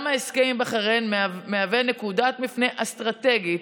גם ההסכם עם בחריין מהווה נקודת מפנה אסטרטגית